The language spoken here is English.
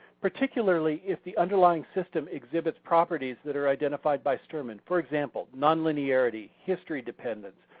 particularly if the underlying system exhibits properties that are identified by sterman. for example non-linearity, history dependence,